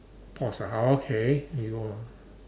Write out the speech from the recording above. pause ah okay you hold on